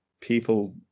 people